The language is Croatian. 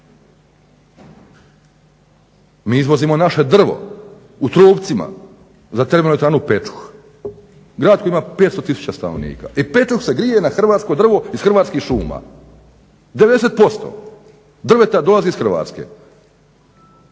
Mi izvozimo naše drvo u trupcima za TE Pečuh, grad koji ima 500 000 stanovnika i …/Ne razumije se./… se grije na hrvatsko drvo iz hrvatskih šuma. 90% drveta dolazi iz Hrvatske.